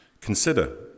Consider